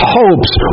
hopes